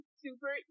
super